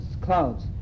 clouds